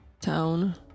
Town